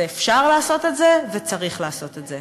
אפשר לעשות את זה וצריך לעשות את זה.